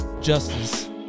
justice